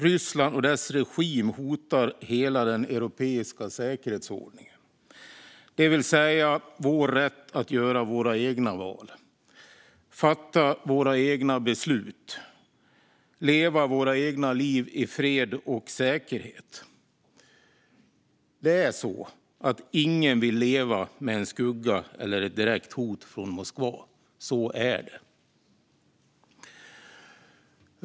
Ryssland och dess regim hotar hela den europeiska säkerhetsordningen, det vill säga vår rätt att göra våra egna val, fatta våra egna beslut och leva våra egna liv i fred och säkerhet. Ingen vill leva med en skugga eller ett direkt hot från Moskva. Så är det.